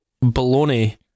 Bologna